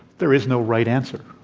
there is no right answer.